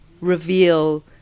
reveal